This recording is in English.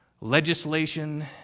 legislation